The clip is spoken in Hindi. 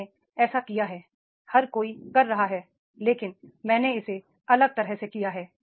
मैंने ऐसा किया है हर कोई कर रहा है लेकिन मैंने इसे अलग तरह से किया है